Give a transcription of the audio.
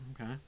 okay